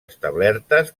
establertes